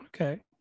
okay